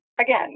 again